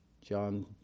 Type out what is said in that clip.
John